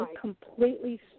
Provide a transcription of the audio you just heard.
completely